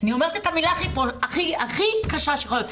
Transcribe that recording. אני אומרת את המילה הכי קשה שיכולה להיות,